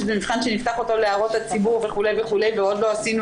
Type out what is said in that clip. שזה מבחן שנפתח אותו להערות הציבור וכו' וכו' ועוד לא עשינו